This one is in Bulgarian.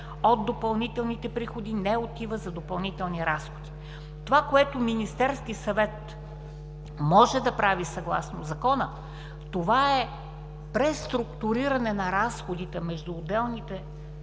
от допълнителните приходи не отива за допълнителни разходи. Това, което Министерският съвет може да прави съгласно Закона, това е преструктуриране на разходите между отделните